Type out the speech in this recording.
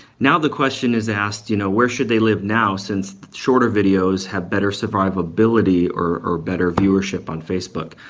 now the question is asked, you know where should they live now, since shorter videos have better survivability or or better viewership on facebook.